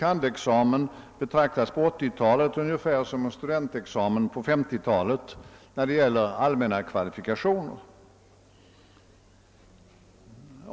kand.-examen på 1980-talet betraktas ungefär som en studentexamen på 1950 talet när det gäller allmänna kvalifikationer.